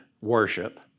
worship